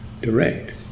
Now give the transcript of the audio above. direct